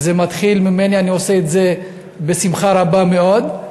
זה מתחיל ממני, אני עושה את זה בשמחה רבה מאוד,